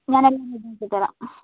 ഞാൻ എല്ലാം റെഡി ആക്കി തരാം